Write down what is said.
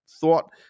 thought